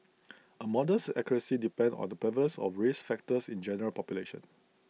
A model's accuracy depends on the prevalence of risk factors in the general population